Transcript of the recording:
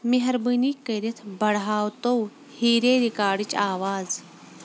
مٮ۪ہربٲنی کٔرِتھ بڑھاو تو ہی رے رِکاڈٕچ آواز